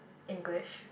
English